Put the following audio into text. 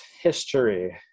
history